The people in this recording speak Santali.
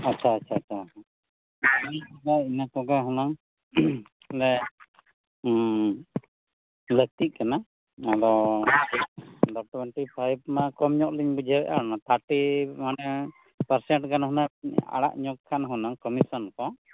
ᱟᱪᱪᱷᱟ ᱟᱪᱪᱷᱟ ᱟᱪᱪᱷᱟ ᱦᱮᱸ ᱤᱱᱟᱹᱠᱚᱜᱮ ᱦᱩᱱᱟᱹᱝ ᱞᱟᱹᱠᱛᱤᱜ ᱠᱟᱱᱟ ᱟᱫᱚ ᱴᱩᱭᱮᱱᱴᱤ ᱯᱷᱟᱭᱤᱵᱷ ᱢᱟ ᱠᱚᱢᱧᱚᱜᱞᱤᱧ ᱵᱩᱡᱷᱟᱧᱹᱣᱮᱫ ᱠᱟᱱ ᱛᱷᱟᱨᱴᱤ ᱢᱟᱱᱮ ᱯᱟᱨᱥᱮᱱᱴ ᱜᱟᱱ ᱦᱩᱱᱟᱹᱝ ᱟᱲᱟᱜᱧᱚᱜ ᱠᱷᱟᱱ ᱦᱩᱱᱟᱹᱝ ᱠᱚᱢᱤᱥᱚᱱ ᱠᱚ